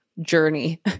journey